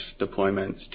deployments